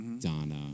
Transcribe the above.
Donna